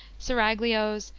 seraglios,